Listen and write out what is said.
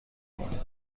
کنید